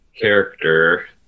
character